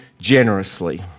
generously